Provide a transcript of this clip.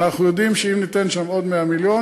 אנחנו יודעים שאם ניתן שם עוד 100 מיליון,